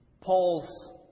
Paul's